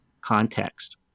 context